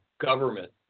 government